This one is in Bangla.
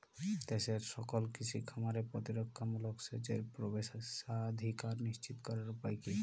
দেশের সকল কৃষি খামারে প্রতিরক্ষামূলক সেচের প্রবেশাধিকার নিশ্চিত করার উপায় কি?